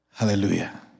Hallelujah